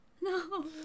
No